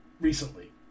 recently